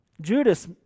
Judas